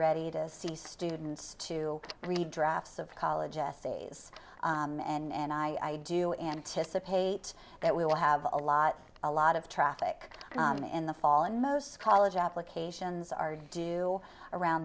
ready to see students to read drafts of college essays and i do anticipate that we will have a lot a lot of traffic in the fall and most college applications are due around